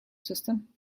system